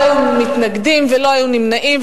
לא היו מתנגדים ולא היו נמנעים.